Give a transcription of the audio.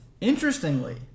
Interestingly